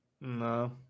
no